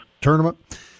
tournament